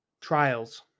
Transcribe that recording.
trials